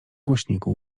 głośniku